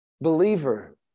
believer